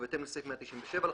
ובהתאם לסעיף 197 לחוק,